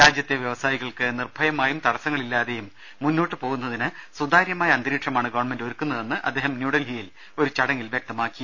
രാജ്യത്തെ വ്യവസായികൾക്ക് നിർഭയമായും തടസ്സങ്ങളില്ലാതെയും മുന്നോട്ട് പോകുന്നതിന് സുതാര്യമായ അന്തരീക്ഷമാണ് ഗവൺമെന്റ് ഒരുക്കുന്നതെന്ന് അദ്ദേഹം ന്യൂഡൽഹിയിൽ ഒരു ചടങ്ങിൽ പറഞ്ഞു